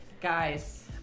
guys